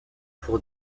pour